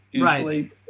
Right